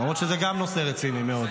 למרות שזה גם נושא רציני מאוד.